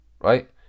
Right